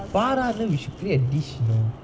farah we should create a dish you know